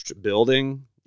building